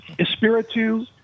Espiritu